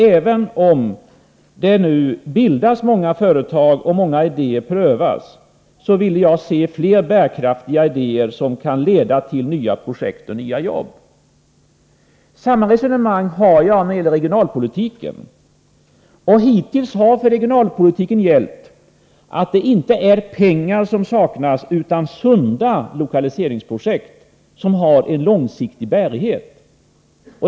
Även om många företag nu bildas och många idéer prövas vill jag se fler bärkraftiga idéer som kan leda till nya produkter och nya jobb. Samma resonemang för jag i fråga om regionalpolitiken. Hittills har för regionalpolitiken gällt att det inte är pengar som saknas utan sunda lokaliseringsprojekt som har långsiktig bärighet.